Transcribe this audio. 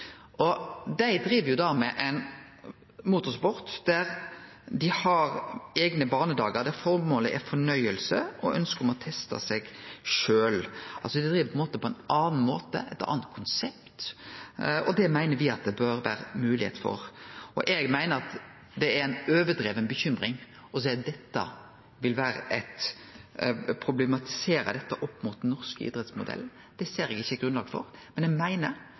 med ein motorsport der dei har eigne barnedagar, der føremålet er fornøyelse og ønske om å teste seg sjølv. Dei driv på ein annan måte, med eit anna konsept. Det meiner me at det bør vere moglegheit for. Eg meiner at det er ei overdriven bekymring å problematisere dette opp mot den norske idrettsmodellen. Det ser eg ikkje grunnlag for. Eg meiner